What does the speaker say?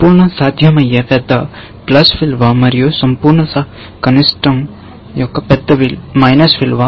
సంపూర్ణ సాధ్యమే పెద్ద విలువ మరియు సంపూర్ణ కనిష్టం పెద్ద విలువ